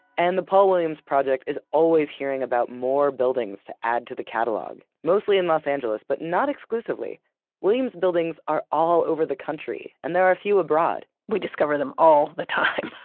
and the paul williams project is always hearing about more buildings to add to the catalog, mostly in los angeles, but not exclusively williams' buildings are all over the country, and there are few abroad we discover them all the time,